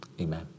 Amen